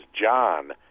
John